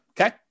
Okay